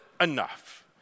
enough